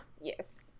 Yes